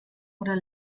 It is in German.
oder